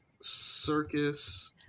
circus